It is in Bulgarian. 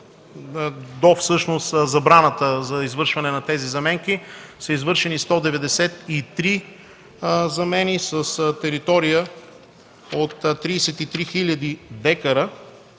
че до забраната за извършване на тези заменки са извършени 193 замени с територия от 33 хил. дка